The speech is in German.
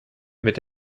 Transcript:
mit